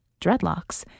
dreadlocks